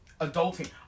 adulting